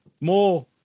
more